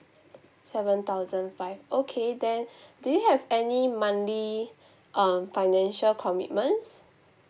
seven thousand five okay then do you have any monthly um financial commitments